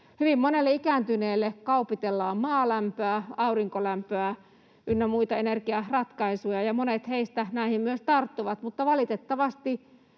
Hyvin monelle ikääntyneelle kaupitellaan maalämpöä, aurinkolämpöä ynnä muita energiaratkaisuja, ja monet heistä näihin myös tarttuvat, mutta valitettavasti